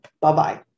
Bye-bye